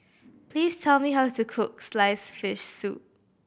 please tell me how to cook sliced fish soup